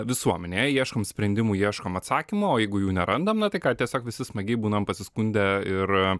visuomenėje ieškom sprendimų ieškom atsakymų o jeigu jų nerandam na ką tiesiog visi smagiai būnam pasiskundę ir